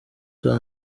cyo